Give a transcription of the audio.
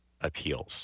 appeals